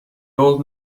old